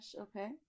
Okay